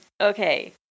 okay